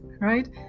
right